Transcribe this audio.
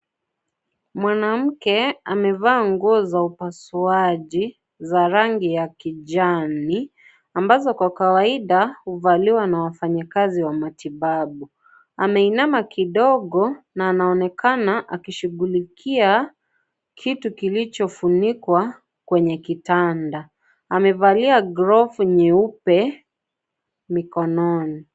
Mwanamke amevaa nguo za upasuaji, za rangi ya kijani. Ambazo kwa kawaida, huvaliwa na wafanyikazi wa matibabu. Ameinama kidogo na anaonekana akishughulikia kitu kilichofunikwa kwenye kitanda. Amevalia glovu nyeupe mikononi.